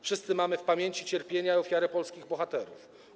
Wszyscy mamy w pamięci cierpienia i ofiarę polskich bohaterów.